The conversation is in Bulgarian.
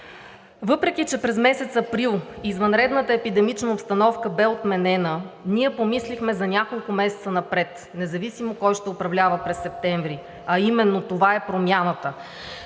Въпреки че през месец април извънредната епидемична обстановка бе отменена, ние помислихме за няколко месеца напред, независимо кой ще управлява през септември, а именно това е промяната.